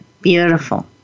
Beautiful